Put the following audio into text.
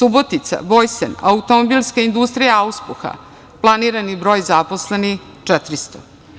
Subotica, "Bojsen" automobilska industrija auspuha, planirani broj zaposlenih 400.